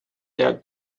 der